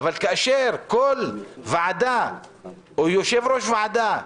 אבל כאשר כל ועדה או יושב-ראש ועדה,